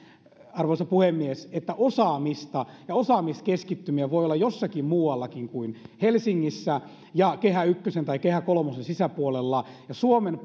arvoisa puhemies että osaamista ja osaamiskeskittymiä voi olla jossakin muuallakin kuin helsingissä ja kehä ykkösen tai kehä kolmosen sisäpuolella suomen